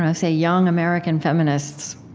and say, young american feminists